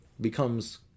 becomes